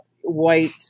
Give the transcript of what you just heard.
white